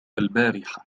البارحة